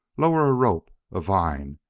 lower a rope a vine.